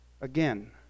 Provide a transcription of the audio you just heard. Again